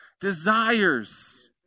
desires